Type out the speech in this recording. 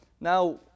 now